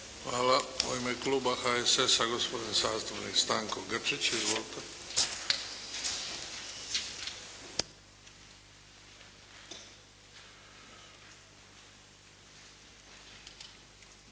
Hvala. U ime Kluba HSS-a, gospodin zastupnik Stanko Grčić. Izvolite.